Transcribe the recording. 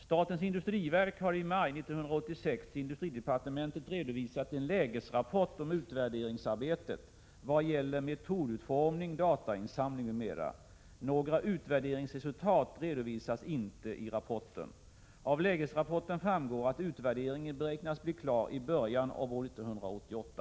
Statens industriverk har i maj 1986 till industridepartementet redovisat en lägesrapport om utvärderingsarbetet i vad gäller metodutformning, datainsamling, m.m. Några utvärderingsresultat redovisas inte i rapporten. Av lägesrapporten framgår att utvärderingen beräknas bli klar i början av år 1988.